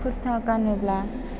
कुर्ता गानोब्ला